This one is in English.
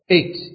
Eight